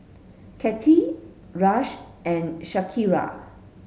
Katy Ras and Shakira